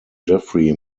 jeffery